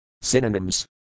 Synonyms